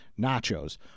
nachos